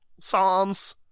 songs